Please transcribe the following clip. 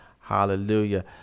Hallelujah